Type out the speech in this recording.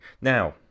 Now